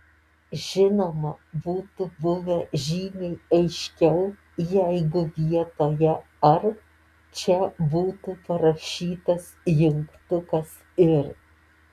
žinoma būtų buvę žymiai aiškiau jeigu vietoje ar čia būtų parašytas jungtukas ir